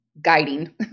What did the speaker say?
guiding